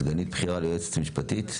סגנית בכירה ליועצת המשפטית,